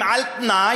הם על תנאי,